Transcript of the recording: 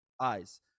eyes